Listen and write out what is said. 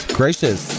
gracious